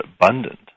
abundant